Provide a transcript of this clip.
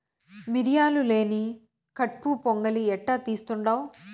మిరియాలు లేని కట్పు పొంగలి ఎట్టా తీస్తుండావ్